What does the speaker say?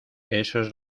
esos